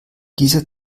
dieser